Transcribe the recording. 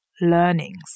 learnings